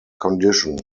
condition